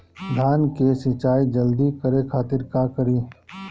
धान के सिंचाई जल्दी करे खातिर का करी?